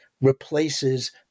replaces